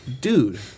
dude